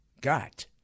got